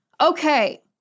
Okay